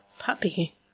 puppy